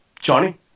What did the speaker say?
Johnny